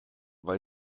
weil